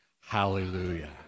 Hallelujah